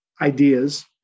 ideas